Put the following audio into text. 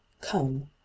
come